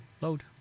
load